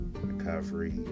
recovery